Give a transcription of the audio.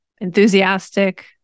enthusiastic